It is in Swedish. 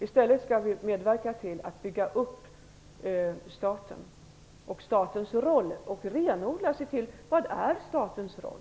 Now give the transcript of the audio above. I stället skall vi medverka till att bygga upp staten och renodla statens roll; vi skall hjälpa till att svara på frågan: Vad är statens roll?